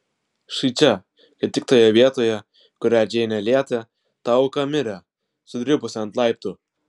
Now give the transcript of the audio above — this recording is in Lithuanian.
štai čia kaip tik toje vietoje kurią džeinė lietė ta auka mirė sudribusi ant laiptų